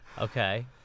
Okay